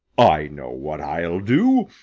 i know what i'll do!